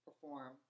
perform